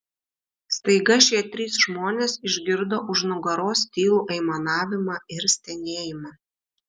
staiga šie trys žmonės išgirdo už nugaros tylų aimanavimą ir stenėjimą